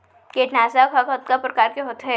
कीटनाशक ह कतका प्रकार के होथे?